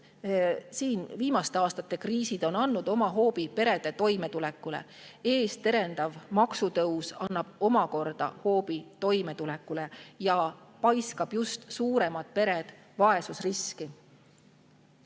tõus. Viimaste aastate kriisid on andnud oma hoobi perede toimetulekule, ees terendav maksutõus annab omakorda hoobi toimetulekule ja paiskab just suuremad pered vaesusriski.